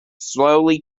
slowly